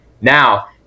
Now